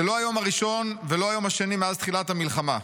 זה לא היום הראשון ולא היום השני מאז תחילת המלחמה.